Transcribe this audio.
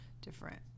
different